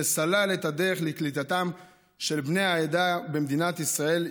וסלל את הדרך לקליטתם של בני העדה במדינת ישראל,